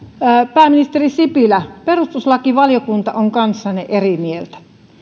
pääministeri sipilä perustuslakivaliokunta on kanssanne eri mieltä